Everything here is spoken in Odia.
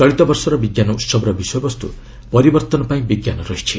ଚଳିତ ବର୍ଷର ବିଜ୍ଞାନ ଉହବର ବିଷୟବସ୍ତୁ ପରିବର୍ତ୍ତନ ପାଇଁ ବିଜ୍ଞାନ ରହିଛି